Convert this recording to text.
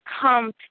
come